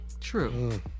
True